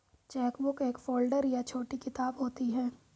chequebook एक folder या छोटी किताब होती है